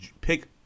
pick